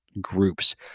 groups